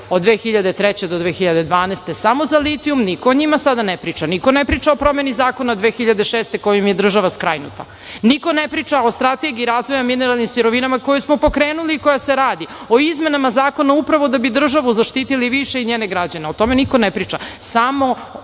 od 2003. do 2012. godine samo za litijum, niko o njima sada ne priča, niko ne priča o promeni zakona od 2006. godine kojim je država skrajnuta. Niko ne priča o Strategiji razvoja mineralnim sirovinama koju smo pokrenuli i koja se radi, o izmenama zakona upravo da bi državu zaštitili više i njene građane, o tome niko ne priča.